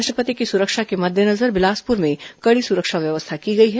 राष्ट्रपति की सुरक्षा के मद्देनजर बिलासपुर में कड़ी सुरक्षा व्यवस्था की गई है